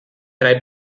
reibt